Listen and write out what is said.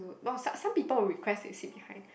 no some some people request to sit behind